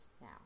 now